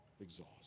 exhaust